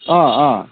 অঁ অঁ